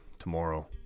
Tomorrow